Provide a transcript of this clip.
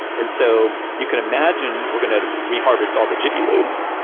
and so you can imagine, we're going to reharvest all the jiffy lubes.